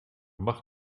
mag